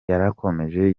yarakomeje